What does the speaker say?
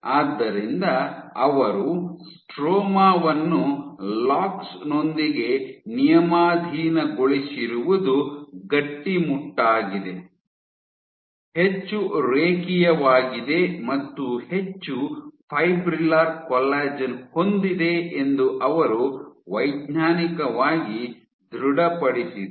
ಆದ್ದರಿಂದ ಅವರು ಸ್ಟ್ರೋಮಾ ವನ್ನು ಲಾಕ್ಸ್ ನೊಂದಿಗೆ ನಿಯಮಾಧೀನಗೊಳಿಸಿರುವುದು ಗಟ್ಟಿಮುಟ್ಟಾಗಿದೆ ಹೆಚ್ಚು ರೇಖೀಯವಾಗಿದೆ ಮತ್ತು ಹೆಚ್ಚು ಫೈಬ್ರಿಲ್ಲರ್ ಕೊಲ್ಲಾಜೆನ್ ಹೊಂದಿದೆ ಎಂದು ಅವರು ವೈಜ್ಞಾನಿಕವಾಗಿ ಧೃಡ ಪಡಿಸಿದರು